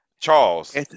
Charles